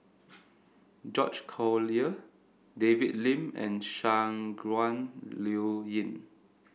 George Collyer David Lim and Shangguan Liuyun